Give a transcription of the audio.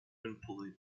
employed